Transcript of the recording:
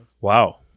Wow